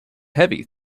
heavy